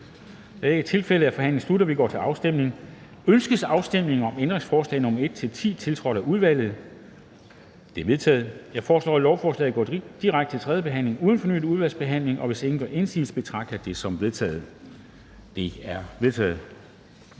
eller imod stemte 0. Ændringsforslaget er forkastet. Ønskes afstemning om ændringsforslag nr. 7-9, tiltrådt af udvalget? De er vedtaget. Jeg foreslår, at lovforslaget går direkte til tredje behandling uden fornyet udvalgsbehandling. Og hvis ingen gør indsigelse, betragter jeg det som vedtaget. Det er vedtaget.